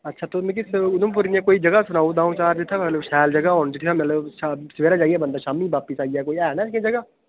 अच्छा तुस मिकी उधमपुर दियां कोई जगह सनाओ द'ऊं चार जित्थै मतलब शैल जगह होन जित्थुं मतलब सवेरे जाइयै बंदा शामी बापस आई जाए कोई हैन ऐसी जगह